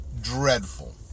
dreadful